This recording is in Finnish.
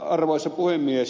arvoisa puhemies